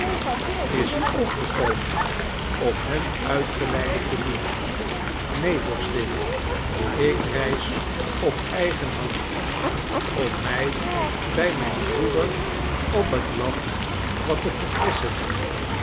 is u ook gekomen om hen uitgeleide te doen neen vorstin ik reis op eigen hand om mij bij mijn broeder op het land wat te verfrisschen